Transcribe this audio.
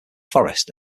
forest